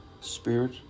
Spirit